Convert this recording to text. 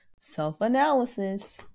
Self-analysis